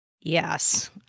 yes